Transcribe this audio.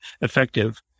effective